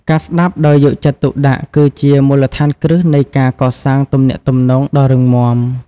ការស្តាប់ដោយយកចិត្តទុកដាក់គឺជាមូលដ្ឋានគ្រឹះនៃការកសាងទំនាក់ទំនងដ៏រឹងមាំ។